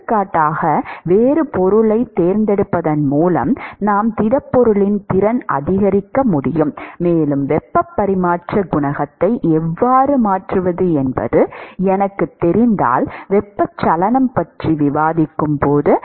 எடுத்துக்காட்டாக வேறு பொருளைத் தேர்ந்தெடுப்பதன் மூலம் நான் திடப்பொருளின் திறனை அதிகரிக்க முடியும் மேலும் வெப்பப் பரிமாற்றக் குணகத்தை எவ்வாறு மாற்றுவது என்று எனக்குத் தெரிந்தால் வெப்பச்சலனம் பற்றி விவாதிக்கும் போது